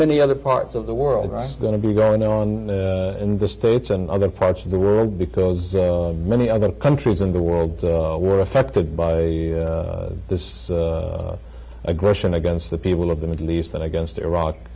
many other parts of the world are going to be going on in the states and other parts of the world because many other countries in the world were affected by this aggression against the people of the middle east that against iraq